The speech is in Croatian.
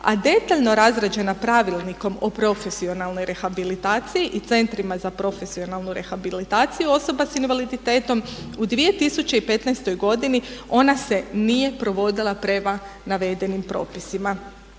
a detaljno razrađena pravilnikom o profesionalnoj rehabilitaciji i centrima za profesionalnu rehabilitaciju osoba s invaliditetom u 2015. godini ona se nije provodila prema navedenim propisima.